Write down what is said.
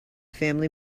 family